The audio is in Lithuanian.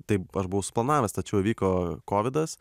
taip aš buvau suplanavęs tačiau įvyko kovidas